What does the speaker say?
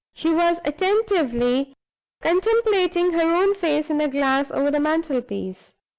she was attentively contemplating her own face in the glass over the mantelpiece.